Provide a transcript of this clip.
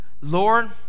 Lord